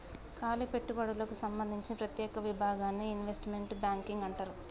కాలి పెట్టుబడులకు సంబందించిన ప్రత్యేక విభాగాన్ని ఇన్వెస్ట్మెంట్ బ్యాంకింగ్ అంటారు